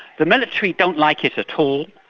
the military don't like it at all,